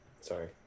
Sorry